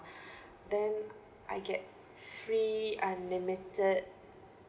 then I get free unlimited